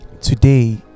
today